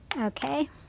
okay